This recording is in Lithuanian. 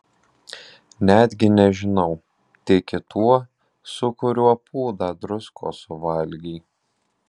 netgi nežinau tiki tuo su kuriuo pūdą druskos suvalgei